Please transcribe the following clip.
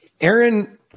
Aaron